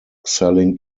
selling